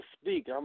speak